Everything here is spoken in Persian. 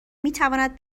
میتواند